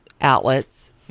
outlets